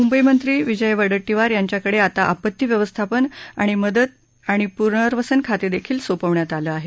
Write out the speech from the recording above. मुंबई मंत्री विजय वडेट्टीवार यांच्याकडे आता आपत्ती व्यवस्थापन मदत आणि प्नर्वसन खाते देखील सोपवण्यात आलं आहे